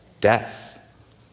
death